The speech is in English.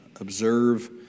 observe